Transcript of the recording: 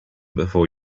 before